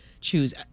choose